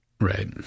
Right